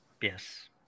Yes